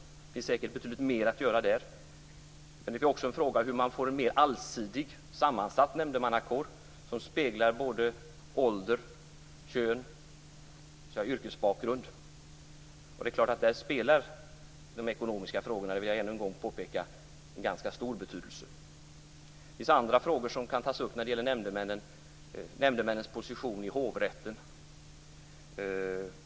Det finns säkert betydligt mer att göra. Men frågan är också hur man får en mer allsidigt sammansatt nämndemannakår, vad gäller såväl ålder som kön och yrkesbakgrund. Också där spelar de ekonomiska frågorna en ganska stor roll - det vill jag påpeka än en gång. Andra frågor som kan tas upp är nämndemännens position i hovrätten.